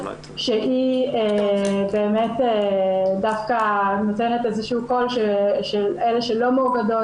שהיא דווקא נותנת איזה שהוא קול של אלה שלא מאוגדות.